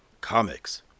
comics